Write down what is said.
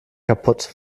kapput